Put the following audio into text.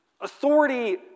Authority